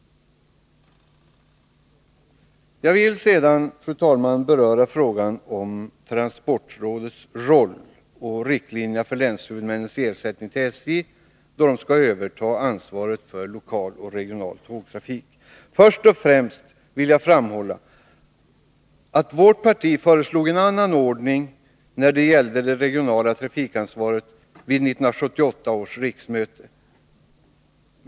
Jag vill sedan, fru talman, beröra frågan om transportrådets roll och riktlinjerna för länshuvudmännens ersättning till SJ vid övertagandet av ansvaret för lokal och regional tågtrafik. Först och främst vill jag framhålla att vårt parti vid 1978 års riksmöte föreslog en annan ordning när det gällde det regionala trafikansvaret.